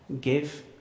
give